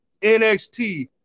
NXT